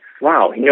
wow